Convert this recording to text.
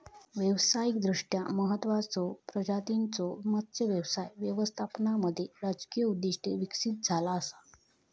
व्यावसायिकदृष्ट्या महत्त्वाचचो प्रजातींच्यो मत्स्य व्यवसाय व्यवस्थापनामध्ये राजकीय उद्दिष्टे विकसित झाला असा